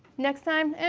next time, and